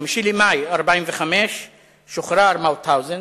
ב-5 במאי 1945 שוחרר מאוטהאוזן,